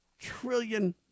trillion